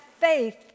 faith